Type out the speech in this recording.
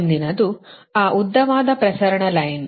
ಮುಂದಿನದು ಆ ಉದ್ದವಾದ ಪ್ರಸರಣ ಮಾರ್ಗ